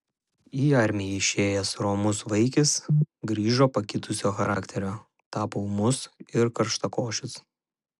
į armiją išėjęs romus vaikis grįžo pakitusio charakterio tapo ūmus ir karštakošis